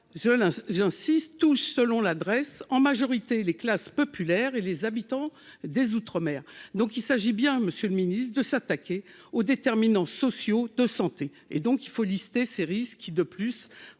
j'insiste touche selon l'adresse en majorité les classes populaires et les habitants des outre-mer, donc il s'agit bien monsieur le ministre, de s'attaquer aux déterminants sociaux de santé et donc il faut lister ces risques qui, de plus